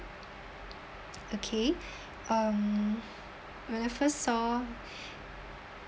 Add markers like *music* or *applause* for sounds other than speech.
okay um when I first saw *breath*